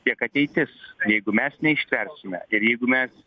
tiek ateitis jeigu mes neištversime ir jeigu mes